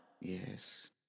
Yes